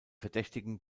verdächtigen